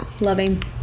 loving